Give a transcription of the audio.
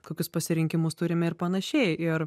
kokius pasirinkimus turime ir panašiai ir